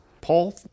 Paul